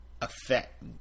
affect